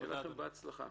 אני מודה לכם, הישיבה נעולה.